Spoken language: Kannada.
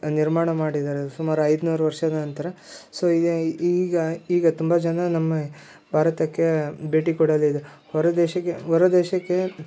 ನಿರ್ಮಾಣ ಮಾಡಿದ್ದಾರೆ ಅದು ಸುಮಾರು ಐದುನೂರು ವರ್ಷದ ನಂತರ ಸೋ ಈಗ ಈಗ ಈಗ ತುಂಬ ಜನ ನಮ್ಮ ಭಾರತಕ್ಕೆ ಭೇಟಿ ಕೊಡಲಿದೆ ಹೊರ ದೇಶಕ್ಕೆ ಹೊರ ದೇಶಕ್ಕೆ